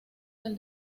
del